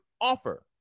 offer